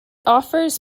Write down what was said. offers